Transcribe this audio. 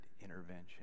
intervention